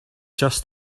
just